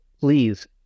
please